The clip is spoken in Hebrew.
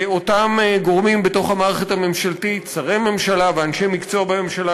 לאותם גורמים בתוך המערכת הממשלתית שרי ממשלה ואנשי מקצוע בממשלה,